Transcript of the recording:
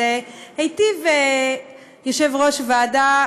אז היטיב יושב-ראש הוועדה,